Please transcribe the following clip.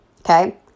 okay